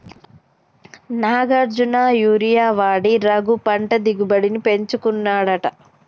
Nagarjuna urea వాడి రఘు పంట దిగుబడిని పెంచుకున్నాడట